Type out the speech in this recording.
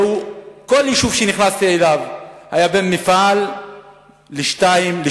בכל יישוב שנכנסת אליו היו בין מפעל אחד לשניים-שלושה,